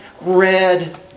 red